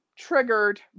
triggered